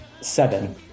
seven